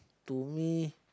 to me